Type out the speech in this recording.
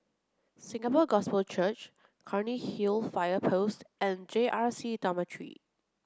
Singapore Gospel Church Cairnhill Fire Post and J R C Dormitory